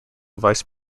vice